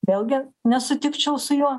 vėlgi nesutikčiau su juo